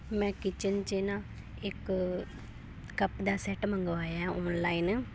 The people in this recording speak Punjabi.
ਮੈਂ ਕਿਚਨ 'ਚ ਨਾ ਇੱਕ ਕੱਪ ਦਾ ਸੈੱਟ ਮੰਗਵਾਇਆ ਓਨਲਾਈਨ